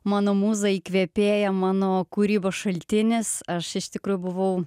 mano mūza įkvėpėja mano kūrybos šaltinis aš iš tikrųjų buvau